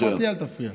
אל תפריע.